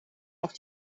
auch